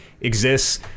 exists